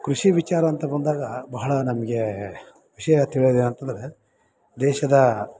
ಕೃಷಿ ವಿಚಾರ ಅಂತ ಬಂದಾಗ ಬಹಳ ನಮಗೆ ವಿಷಯ ತಿಳ್ಯೋದು ಏನು ಅಂತಂದರೆ ದೇಶದ